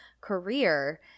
career